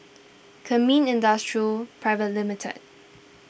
Kemin Industries Private Limited